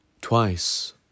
twice